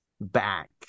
back